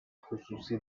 خصوصی